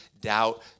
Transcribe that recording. doubt